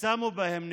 שמו בהם נקודות,